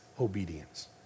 obedience